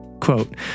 Quote